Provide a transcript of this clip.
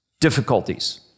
difficulties